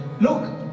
look